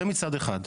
זה מצד אחד,